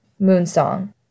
Moonsong